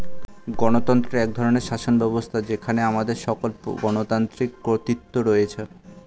গণতন্ত্র এক ধরনের শাসনব্যবস্থা যেখানে আমাদের সকল গণতান্ত্রিক কর্তৃত্ব রয়েছে